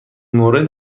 مورد